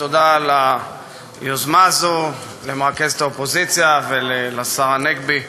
ותודה על היוזמה הזאת למרכזת האופוזיציה ולשר הנגבי.